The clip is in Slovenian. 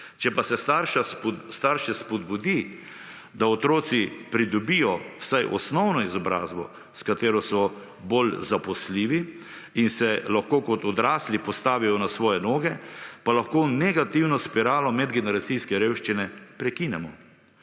če pa se starše spodbudi, da otroci pridobijo vsaj osnovno izobrazbo s katero so bolj zaposljivi in se lahko kot odrasli postavijo na svoje noge, pa lahko negativno spiralo medgeneracijske revščine prekinemo.